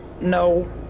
No